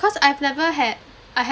because I've never had I haven't